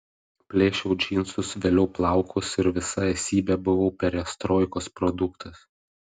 plėšiau džinsus vėliau plaukus ir visa esybe buvau perestroikos produktas